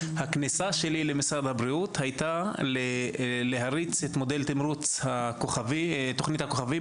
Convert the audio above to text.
הכניסה שלי למשרד הבריאות היתה להריץ את "תכנית הכוכבים",